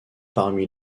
parmi